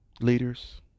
leaders